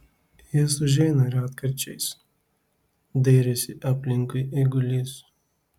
jis užeina retkarčiais dairėsi aplinkui eigulys